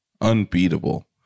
unbeatable